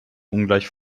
ungleich